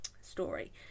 story